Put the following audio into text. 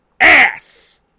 ass